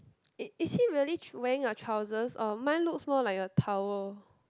is is he really wearing a trousers or mine looks more like a towel